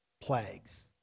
plagues